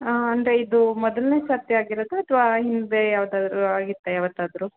ಹಾಂ ಅಂದರೆ ಇದು ಮೊದಲನೇ ಸರ್ತಿ ಆಗಿರೋದ ಅಥ್ವಾ ಹಿಂದೆ ಯಾವತ್ತಾದರೂ ಆಗಿತ್ತಾ ಯಾವತ್ತಾದರೂ